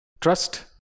Trust